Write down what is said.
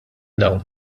dawn